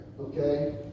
okay